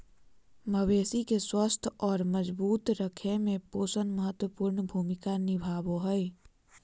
मवेशी के स्वस्थ और मजबूत रखय में पोषण महत्वपूर्ण भूमिका निभाबो हइ